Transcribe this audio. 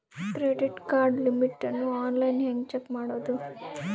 Credit card limit ಅನ್ನು online ಹೆಂಗ್ check ಮಾಡೋದು?